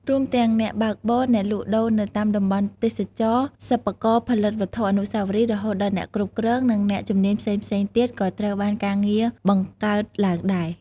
រួមទាំង អ្នកបើកបរ អ្នកលក់ដូរនៅតាមតំបន់ទេសចរណ៍ សិប្បករផលិតវត្ថុអនុស្សាវរីយ៍ រហូតដល់អ្នកគ្រប់គ្រង និងអ្នកជំនាញផ្សេងៗទៀតក៏ត្រូវបានការងារបង្កើតឡើងដែរ។